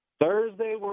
thursday